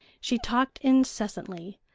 she talked incessantly,